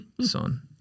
Son